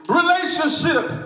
relationship